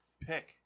pick